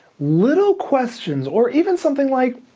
little questions, or even something like,